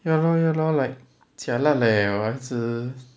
ya lor ya lor like jialat leh 我一直